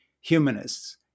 humanists